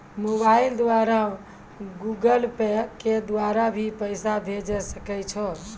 Mobile द्वारा Google Pay के द्वारा भी पैसा भेजै सकै छौ?